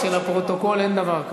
בשביל הפרוטוקול, אין דבר כזה.